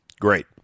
great